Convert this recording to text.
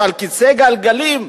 על כיסא גלגלים,